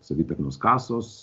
savitarnos kasos